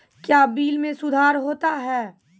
क्या बिल मे सुधार होता हैं?